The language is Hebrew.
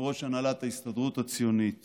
יושב-ראש הנהלת ההסתדרות הציונית